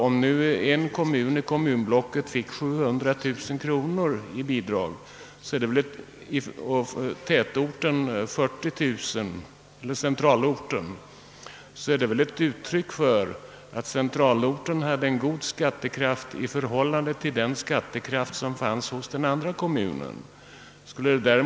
Om en landskommun i ett kommunblock fick 700 000 i bidrag och centralorten 40 000, är det väl ett uttryck för att centralorten hade en god skattekraft i förhållande till skattekraften hos den andra kommunen.